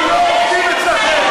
רבותיי, אני מבקש.